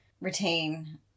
retain